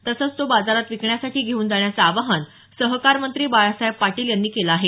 तसंच तो बाजारात विकण्यासाठी घेऊन जाण्याचं आवाहन सहकार मंत्री बाळासाहेब पाटील यांनी केलं आहे